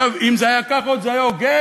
עכשיו, אם זה היה כך זה עוד היה הוגן.